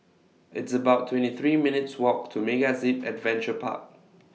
It's about twenty three minutes' Walk to MegaZip Adventure Park